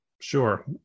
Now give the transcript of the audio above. sure